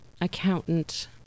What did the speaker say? accountant